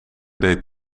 deed